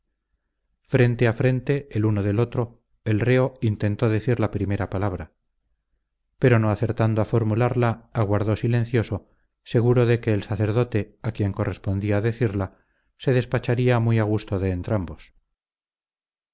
frente a frente el uno del otro el reo intentó decir la primera palabra pero no acertando a formularla aguardó silencioso seguro de que el sacerdote a quien correspondía decirla se despacharía muy a gusto de